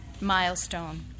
milestone